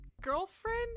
girlfriend